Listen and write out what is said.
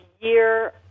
year